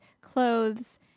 clothes